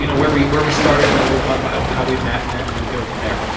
you know where we where we started and then we'll talk about how we met and then and go from there.